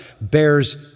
bears